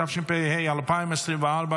התשפ"ה 2024,